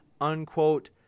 unquote